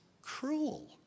cruel